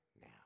now